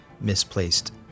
misplaced